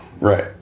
Right